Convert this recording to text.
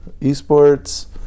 esports